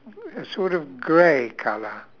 a sort of grey colour